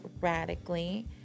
radically